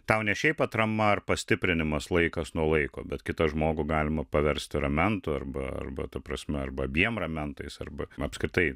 tau ne šiaip atrama ar pastiprinimas laikas nuo laiko bet kitą žmogų galima paversti ramentu arba arba ta prasme arba abiem ramentais arba apskritai